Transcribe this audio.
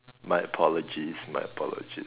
my apologies my apologies